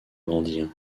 grandir